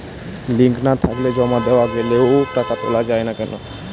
Link না থাকলে জমা দেওয়া গেলেও টাকা তোলা য়ায় না কেন?